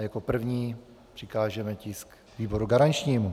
Jako první přikážeme tisk výboru garančnímu.